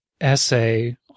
essay